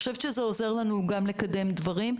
אני חושבת שזה עוזר לנו גם לקדם דברים.